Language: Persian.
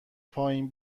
پایین